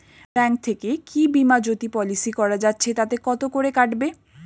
Bank থেকে কী বিমাজোতি পলিসি করা যাচ্ছে তাতে কত করে কাটবে?